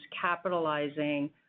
capitalizing